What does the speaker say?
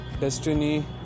Destiny